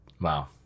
Wow